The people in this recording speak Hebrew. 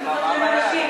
מה הבעיה?